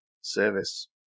service